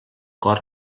cor